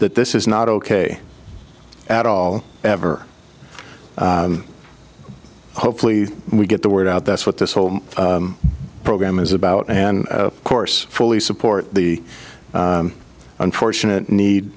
that this is not ok at all ever hopefully we get the word out that's what this whole program is about and of course fully support the unfortunate need